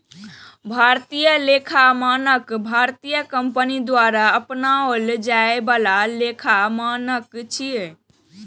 भारतीय लेखा मानक भारतीय कंपनी द्वारा अपनाओल जाए बला लेखा मानक छियै